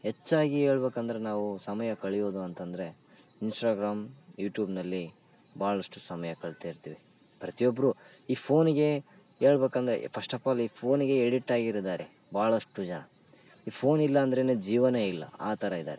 ಹೆಚ್ಚಾಗಿ ಹೇಳ್ಬೇಕಂದ್ರ ನಾವು ಸಮಯ ಕಳೆಯುವುದು ಅಂತಂದರೆ ಇನ್ಸ್ಟಾಗ್ರಾಮ್ ಯುಟ್ಯೂಬ್ನಲ್ಲಿ ಭಾಳಷ್ಟು ಸಮಯ ಕಳಿತಾ ಇರ್ತೀವಿ ಪ್ರತಿಯೊಬ್ಬರೂ ಈ ಫೋನಿಗೆ ಹೇಳ್ಬೇಕಂದ್ರೆ ಫಸ್ಟ್ ಅಫ್ ಆಲ್ ಈ ಫೋನಿಗೆ ಎಡಿಟ್ ಆಗಿರ್ತಾರೆ ಭಾಳಷ್ಟು ಜನ ಈ ಫೋನಿಲ್ಲ ಅಂದ್ರೇ ಜೀವನ ಇಲ್ಲ ಆ ಥರ ಇದ್ದಾರೆ